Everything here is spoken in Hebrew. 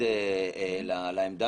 יתנגד להחלטה